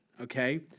okay